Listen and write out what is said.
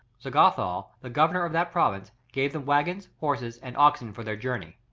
zagathal, the governor of that province, gave them waggons, horses, and oxen for their journey.